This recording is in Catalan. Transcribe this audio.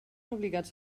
obligats